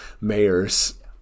mayors